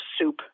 soup